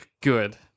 good